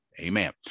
Amen